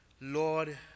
Lord